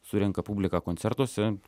surenka publiką koncertuose